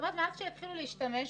זאת אומרת, מאז שהתחילו להשתמש בו,